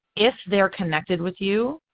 if they are connected with you,